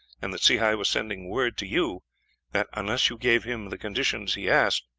and that sehi was sending word to you that, unless you gave him the conditions he asked,